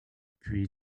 put